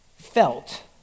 felt